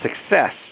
success